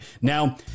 Now